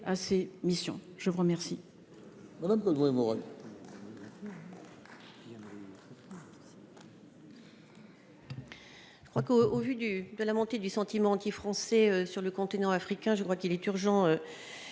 à ces missions, je vous remercie. Madame Beaudoin Morel. Il y. Je crois qu'au au vu du de la montée du sentiment anti-français sur le continent africain, je crois qu'il est urgent